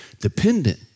Dependent